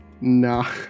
nah